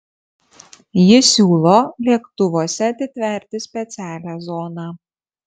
ji siūlo lėktuvuose atitverti specialią zoną